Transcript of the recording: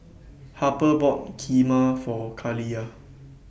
Harper bought Kheema For Kaliyah